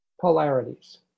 polarities